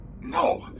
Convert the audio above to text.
No